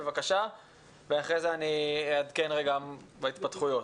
אחר כך אני אעדכן בהתפתחויות.